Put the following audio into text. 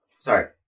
Sorry